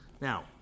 Now